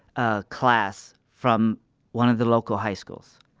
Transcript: ah, class from one of the local high schools,